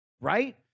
right